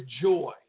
joy